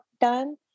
done